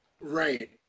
Right